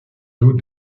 d’eau